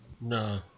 No